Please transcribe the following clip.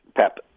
Pep